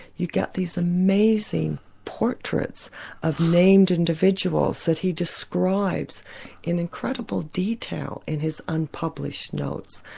you get these amazing portraits of named individuals that he describes in incredible detail in his unpublished notes.